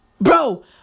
Bro